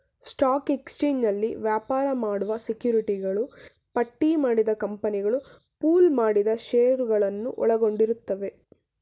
stock ಎಕ್ಸ್ಚೇಂಜ್ನಲ್ಲಿ ವ್ಯಾಪಾರ ಮಾಡುವ ಸೆಕ್ಯುರಿಟಿಗಳು ಪಟ್ಟಿಮಾಡಿದ ಕಂಪನಿಗಳು ಪೂಲ್ ಮಾಡಿದ ಶೇರುಗಳನ್ನ ಒಳಗೊಂಡಿರುತ್ತವೆ